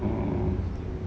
oh